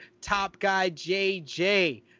TopGuyJJ